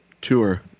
tour